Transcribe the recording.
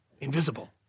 invisible